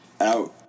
Out